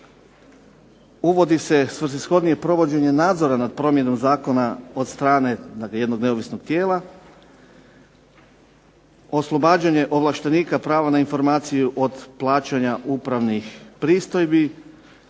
uvodi se svrsishodnije provođenje nadzora nad provedbom zakona od strane jednog neovisnog tijela, oslobađanje ovlaštenika prava na informaciju od plaćanja upravnih pristojbi,